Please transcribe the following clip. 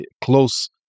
close